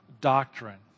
doctrine